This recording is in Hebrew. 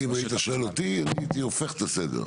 אם היית שואל אותי הייתי הופך את הסדר.